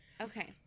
Okay